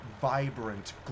vibrant